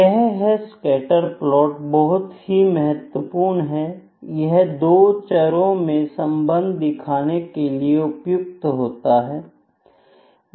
ये है scatters plot बहुत ही महत्वपूर्ण है यह दो चरों में संबंध दिखाने के लिए उपयुक्त हैं